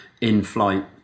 in-flight